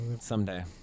Someday